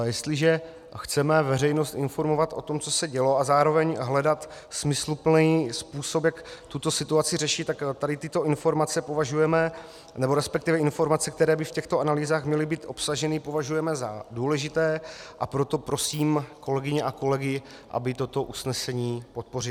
Jestliže chceme veřejnost informovat o tom, co se dělo, a zároveň hledat smysluplný způsob, jak tuto situaci řešit, tak tyto informace považujeme, resp. informace, které by v těchto analýzách měly být obsaženy, považujeme za důležité, a proto prosím kolegyně a kolegy, aby toto usnesení podpořili.